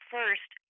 First